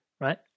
right